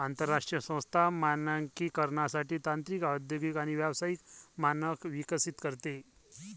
आंतरराष्ट्रीय संस्था मानकीकरणासाठी तांत्रिक औद्योगिक आणि व्यावसायिक मानक विकसित करते